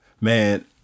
Man